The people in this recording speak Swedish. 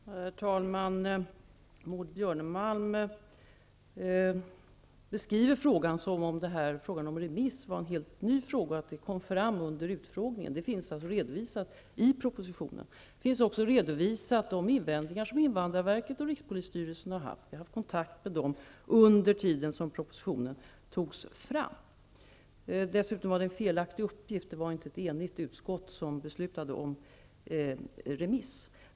Herr talman! Maud Björnemalm beskriver det som att frågan om en remiss är en helt ny fråga som kom fram i samband med utfrågningen. Den finns redovisad i propositionen, och där redovisas också de invändningar som invandrarverket och rikspolisstyrelsen har haft. Vi har haft kontakt med dem under den tid som propositionen togs fram. Dessutom förekom här en felaktig uppgift. Det var inte ett enigt utskott som beslutade om en remiss.